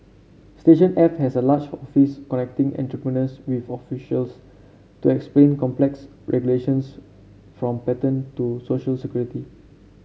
Station F has a large office connecting entrepreneurs with officials to explain complex regulations from patent to social security